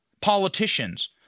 politicians